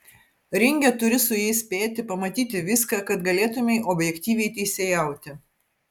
ringe turi su jais spėti pamatyti viską kad galėtumei objektyviai teisėjauti